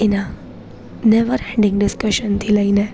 એના never ending ડિસ્કશનથી લઈને